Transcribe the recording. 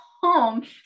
home